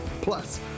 Plus